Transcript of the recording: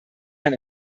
man